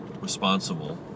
responsible